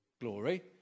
glory